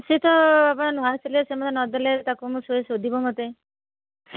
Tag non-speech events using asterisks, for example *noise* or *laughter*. ସେତ *unintelligible* ନୂଆରେ ଥିଲେ ସେମାନେ ନଦେଲେ ତାକୁ ସେ ଶୋଧିବ ମୋତେ